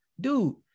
Dude